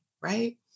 right